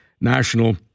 national